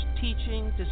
teaching